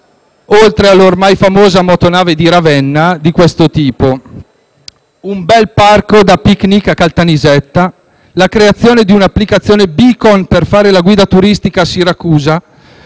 oltre all'ormai famosa motonave di Ravenna, di questo tipo: un bel parco da picnic a Caltanissetta, la creazione di un'applicazione Beacon per fare la guida turistica a Siracusa,